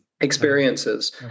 experiences